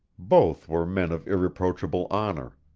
both were men of irreproachable honor.